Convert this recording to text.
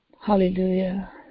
Hallelujah